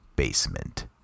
Basement